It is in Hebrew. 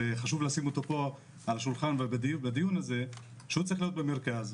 שחשוב לשים אותו פה על השולחן ובדיון הזה הוא צריך להיות במרכז,